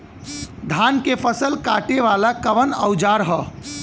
धान के फसल कांटे वाला कवन औजार ह?